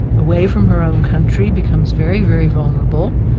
away from her own country, becomes very, very vulnerable,